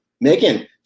megan